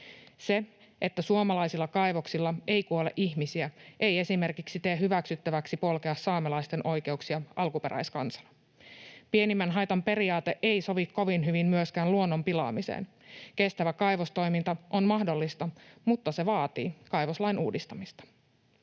Se, että suomalaisilla kaivoksilla ei kuole ihmisiä, ei esimerkiksi tee hyväksyttäväksi polkea saamelaisten oikeuksia alkuperäiskansana. Pienimmän haitan periaate ei sovi kovin hyvin myöskään luonnon pilaamiseen. Kestävä kaivostoiminta on mahdollista, mutta se vaatii kaivoslain uudistamista.